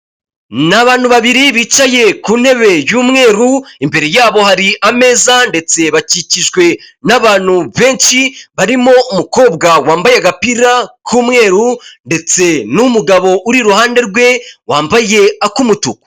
Ni abantu babiri bicaye ku ntebe y'umweru, imbere yabo hari ameza ndetse bakikijwe n'abantu benshi barimo umukobwa wambaye agapira k'umweru, ndetse n'umugabo uri iruhande rwe wambaye ak'umutuku.